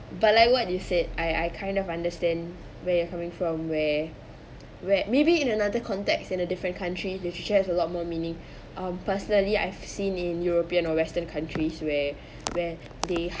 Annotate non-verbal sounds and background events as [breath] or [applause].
but like what you said I I kind of understand where you're coming from where where maybe in another context in a different country literature has a lot more meaning [breath] um personally I've seen in european or western countries where where they